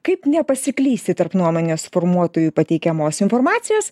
kaip nepasiklysti tarp nuomonės formuotojų pateikiamos informacijos